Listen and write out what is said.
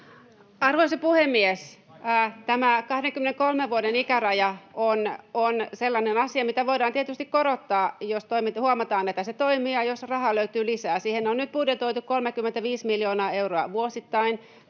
Arvoisa puhemies! Tämä 23 vuoden ikäraja on sellainen asia, mitä voidaan tietysti korottaa, jos huomataan, että se toimii ja jos rahaa löytyy lisää. Siihen on nyt budjetoitu 35 miljoonaa euroa vuosittain,